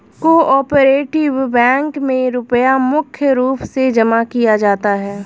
को आपरेटिव बैंकों मे रुपया मुख्य रूप से जमा किया जाता है